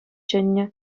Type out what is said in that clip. чӗннӗ